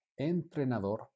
ENTRENADOR